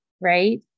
right